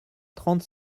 trente